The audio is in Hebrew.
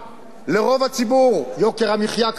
יוקר המחיה כאן הוא הגבוה בעולם המערבי,